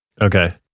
Okay